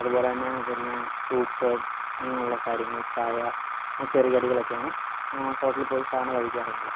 അതുപോല തന്നെ പിന്നെ സൂപ്പ് അങ്ങനെയുള്ള കാര്യങ്ങൾ ചായ ചെറിയ കടികളൊക്കെയാണ് ഹോട്ടലിൽ പോയി സാധാരണ കഴിക്കാറ്